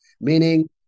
meaning